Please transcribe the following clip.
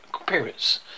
appearance